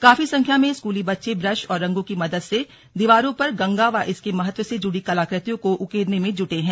काफी संख्या में स्कूली बच्चे ब्रश और रंगों की मदद से दीवारों पर गंगा व इसके महत्व से जुड़ी कलाकृतियों को उकेरने में जुटे हैं